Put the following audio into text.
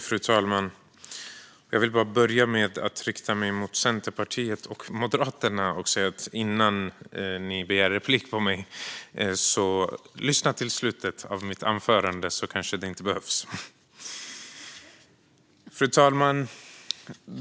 Fru talman! Jag vill börja med att rikta mig till Centerpartiet och Moderaterna: Lyssna till slutet av mitt anförande innan ni begär replik på mig så kanske det inte behövs. Fru talman!